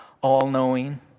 all-knowing